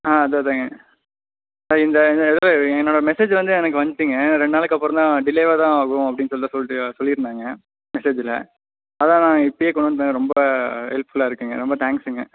ஆ இதுதான் இதுதாங்க ஆ இந்த இந்த இதில் என்னோட மெசேஜ் வந்து எனக்கு வந்துச்சிங்க ரெண்டு நாளைக்கு அப்புறம் தான் டிளேவாக தான் ஆகும் அப்படின்னு சொல்லிட்டு சொல்லிட்டு சொல்லியிருந்தாங்க மெசேஜில் அதுதான் நான் இப்படியே கொண்டு வந்து ரொம்ப ஹெல்ப்ஃபுல்லாக இருக்குதுங்க ரொம்ப தேங்க்ஸுங்க